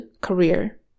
career